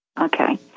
Okay